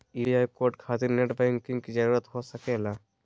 UPI code खातिर net banking की जरूरत हो सके ला?